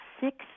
six